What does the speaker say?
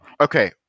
Okay